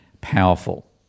powerful